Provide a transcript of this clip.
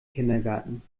kindergarten